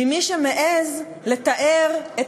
ממי שמעז לתאר את